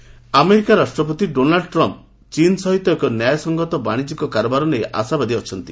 Trump China America ରାଷ୍ଟ୍ରପତି Donald Trump ଚୀନ୍ ସହିତ ଏକ ନ୍ୟାୟସଙ୍ଗତ ବାଣିଜ୍ୟ କାରବାର ନେଇ ଆଶାବାଦୀ ଅଛନ୍ତି